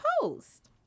post